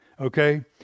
Okay